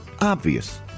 Obvious